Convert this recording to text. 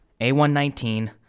A119